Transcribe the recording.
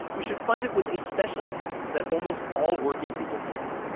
we should fund it with a special tax that almost all working people pay.